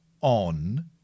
on